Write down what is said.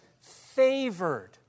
favored